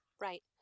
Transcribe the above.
right